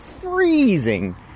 freezing